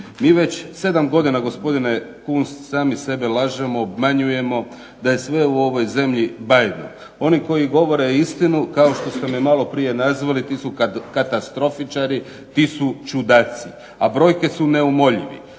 Mi već 7 godina, gospodine Kunst, sami sebe lažemo, obmanjujemo da je sve u ovoj zemlji bajno. Oni koji govore istinu, kao što ste me maloprije nazvali, ti su katastrofičari, ti su čudaci, a brojke su neumoljive.